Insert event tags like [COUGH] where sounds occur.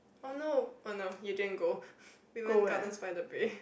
oh no oh no you didn't go [BREATH] we went gardens by the bay